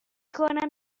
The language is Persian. کنم